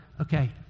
okay